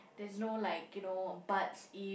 there's no like you know buts if